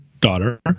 daughter